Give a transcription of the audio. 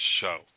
show